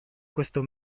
questo